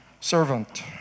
servant